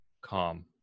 calm